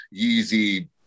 Yeezy